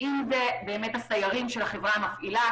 הסיירים של החברה המפעילה,